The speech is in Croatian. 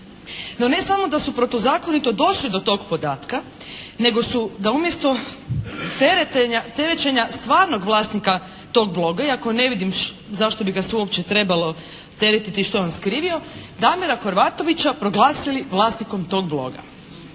No, ne samo da su protuzakonito došli do tog podatka, nego su da umjesto terećenja stvarnog vlasnika tog bloga, iako ne vidim zašto bi ga se uopće trebalo teretiti i što je on skrivio Damira Horvatovića proglasili vlasnikom tog bloga.